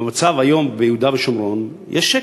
במצב היום, ביהודה ושומרון יש שקט,